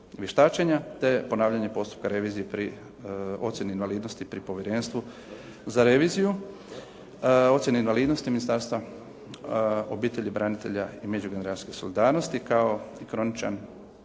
te ponavljanje postupka revizije pri ocjeni invalidnosti pri Povjerenstvu za reviziju, ocjene invalidnosti Ministarstva obitelji, branitelja i međugeneracijske solidarnosti kao kroničan